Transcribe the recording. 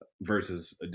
versus